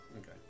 Okay